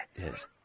yes